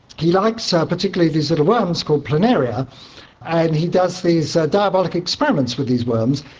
he likes ah particularly these little worms called planaria and he does these diabolical experiments with these worms.